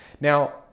Now